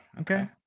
okay